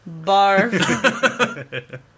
Barf